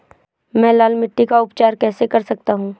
मैं लाल मिट्टी का उपचार कैसे कर सकता हूँ?